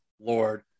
Lord